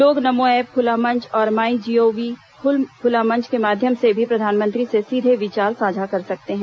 लोग नमो ऐप खुला मंच और माई जीओवी खुला मंच के माध्यम से भी प्रधानमंत्री से सीधे विचार साझा कर सकते हैं